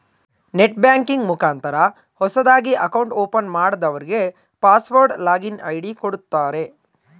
net banking ಮುಖಾಂತರ ಹೊಸದಾಗಿ account open ಮಾಡದವ್ರಗೆ ಪಾಸ್ವರ್ಡ್ ಲಾಗಿನ್ ಐ.ಡಿ ಕೊಡುತ್ತಾರೆ